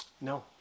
No